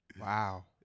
wow